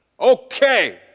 Okay